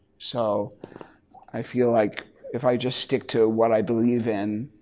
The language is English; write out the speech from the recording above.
so i feel like if i just stick to what i believe in,